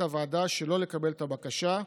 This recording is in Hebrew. החליטה הוועדה שלא לקבל את הבקשה,